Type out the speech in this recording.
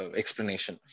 explanation